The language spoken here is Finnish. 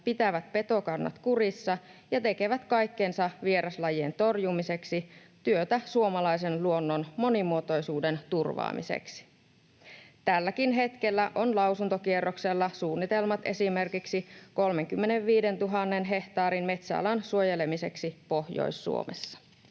pitävät petokannat kurissa ja tekevät kaikkensa vieraslajien torjumiseksi: työtä suomalaisen luonnon monimuotoisuuden turvaamiseksi. Tälläkin hetkellä on lausuntokierroksella suunnitelmat esimerkiksi 35 000 hehtaarin metsäalan suojelemiseksi Pohjois-Suomessa.